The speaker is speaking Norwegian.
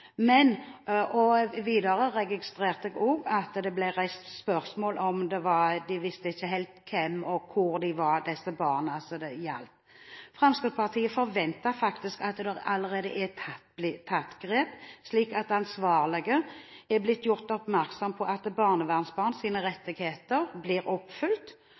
Videre registrerte jeg at det ble reist spørsmål – de visste ikke helt hvem de barna det gjaldt, var, og hvor disse barna var. Fremskrittspartiet forventer faktisk at det allerede er tatt grep, slik at ansvarlige er blitt gjort oppmerksomme på at barnevernsbarns rettigheter blir